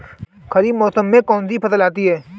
खरीफ मौसम में कौनसी फसल आती हैं?